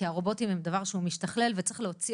כי הרובוטים הוא דבר שמשתכלל וצריך להוציא